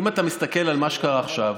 אם אתה מסתכל על מה שקרה עכשיו,